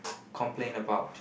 complain about